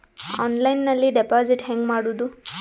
ಆನ್ಲೈನ್ನಲ್ಲಿ ಡೆಪಾಜಿಟ್ ಹೆಂಗ್ ಮಾಡುದು?